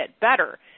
better